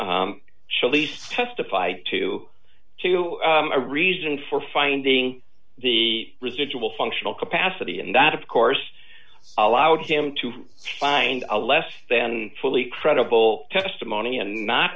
chilis testified to to a reason for finding the residual functional capacity and that of course allowed him to find a less than fully credible testimony and not